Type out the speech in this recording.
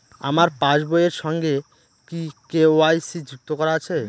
আমার পাসবই এর সঙ্গে কি কে.ওয়াই.সি যুক্ত করা আছে?